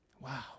Wow